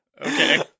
Okay